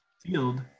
field